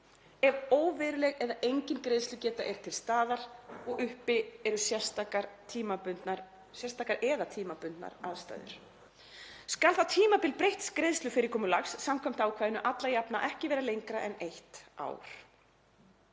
ef óveruleg eða engin greiðslugeta er til staðar og uppi eru sérstakar eða tímabundnar aðstæður. Skal þá tímabil breytts greiðslufyrirkomulags samkvæmt ákvæðinu alla jafna ekki vera lengra en eitt ár.